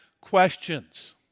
questions